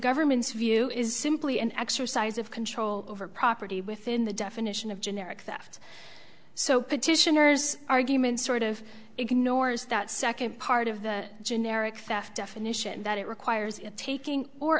government's view is simply an exercise of control over property within the definition of generic theft so petitioner's argument sort of ignores that second part of the generic theft definition that it requires taking or